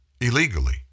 illegally